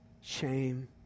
shame